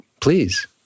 Please